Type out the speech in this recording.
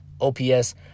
OPS